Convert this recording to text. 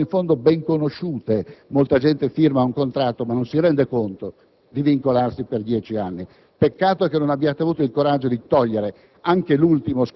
in fondo nemmeno ben conosciute. Molta gente firma un contratto e non si rende conto di vincolarsi per oltre dieci anni. Peccato che non abbiate avuto il coraggio di eliminare